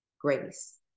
grace